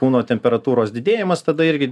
kūno temperatūros didėjimas tada irgi